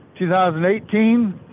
2018